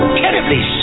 terribly